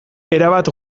erabat